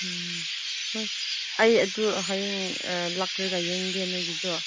ꯎꯝ ꯍꯣꯏ ꯑꯩ ꯑꯗꯨ ꯍꯦꯌꯡ ꯂꯥꯛꯂꯒ ꯌꯦꯡꯒꯦ ꯅꯣꯏꯒꯤꯗꯣ